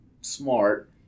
smart